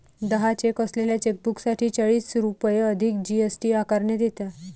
दहा चेक असलेल्या चेकबुकसाठी चाळीस रुपये अधिक जी.एस.टी आकारण्यात येणार